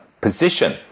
position